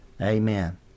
Amen